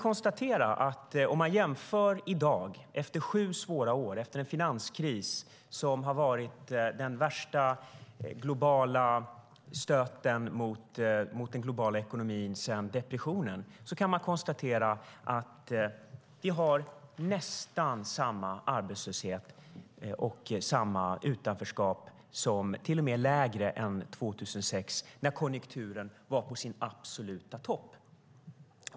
Jämför vi i dag, efter sju svåra år med en finanskris som har varit den hårdaste stöten mot den globala ekonomin sedan depressionen, med 2006 kan vi konstatera att vi i dag har nästan samma, ja, till och med lägre arbetslöshet och utanförskap än 2006 när konjunkturen var på sin absoluta topp.